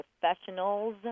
professionals